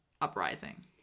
uprising